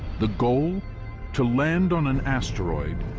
the goal to land on an asteroid,